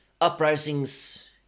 uprisings